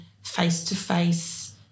face-to-face